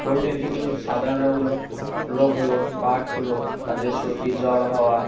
পোলট্রির কিছু সাধারণ রোগ হলো রোগ হলো বার্ড ফ্লু তাদের সর্দি জ্বর হওয়া